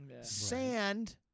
Sand